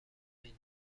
ملی